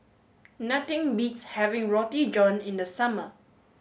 nothing beats having Roti John in the summer